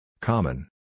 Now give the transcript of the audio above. Common